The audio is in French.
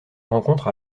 rencontre